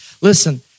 Listen